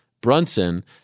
Brunson